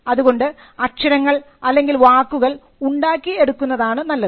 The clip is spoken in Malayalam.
അതുകൊണ്ട് അക്ഷരങ്ങൾ അല്ലെങ്കിൽ വാക്കുകൾ ഉണ്ടാക്കി എടുക്കുന്നതാണ് നല്ലത്